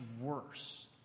worse